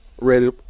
ready